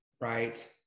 right